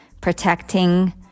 protecting